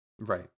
Right